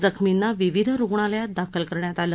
जखमींना विविध रुग्णालयात दाखल करण्यात आले